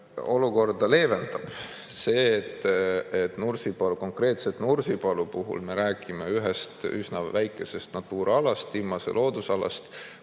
Olukorda leevendab see, et konkreetselt Nursipalu puhul me räägime ühest üsna väikesest Natura alast, loodusalast.